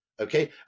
Okay